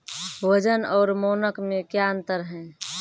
वजन और मानक मे क्या अंतर हैं?